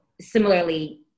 similarly